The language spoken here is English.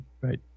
Right